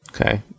Okay